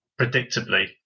predictably